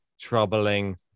troubling